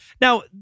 Now